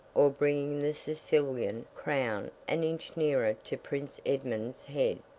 or bringing the sicilian crown an inch nearer to prince edmund's head.